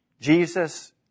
Jesus